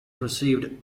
received